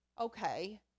okay